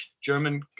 German